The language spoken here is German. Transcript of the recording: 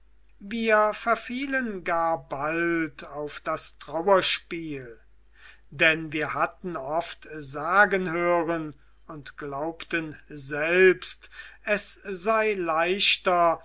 wir verfielen gar bald auf das trauerspiel denn wir hatten oft sagen hören und glaubten selbst es sei leichter